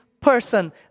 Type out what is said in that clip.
person